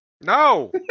No